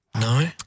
No